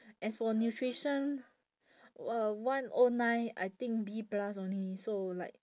as for nutrition uh one O nine I think B plus only so like